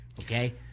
Okay